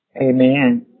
Amen